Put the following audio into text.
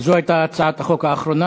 זו הייתה הצעת החוק האחרונה,